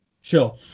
Sure